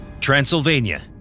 Transylvania